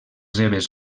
seves